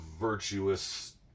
virtuous